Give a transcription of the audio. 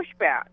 pushback